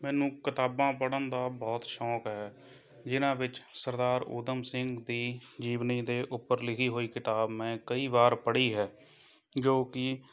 ਮੈਨੂੰ ਕਿਤਾਬਾਂ ਪੜ੍ਹਨ ਦਾ ਬਹੁਤ ਸ਼ੌਂਕ ਹੈ ਜਿਹਨਾਂ ਵਿੱਚ ਸਰਦਾਰ ਊਧਮ ਸਿੰਘ ਦੀ ਜੀਵਨੀ ਦੇ ਉੱਪਰ ਲਿਖੀ ਹੋਈ ਕਿਤਾਬ ਮੈਂ ਕਈ ਵਾਰ ਪੜ੍ਹੀ ਹੈ ਜੋ ਕਿ